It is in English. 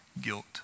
guilt